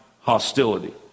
hostility